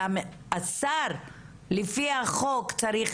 השר לפי החוק צריך